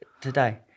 today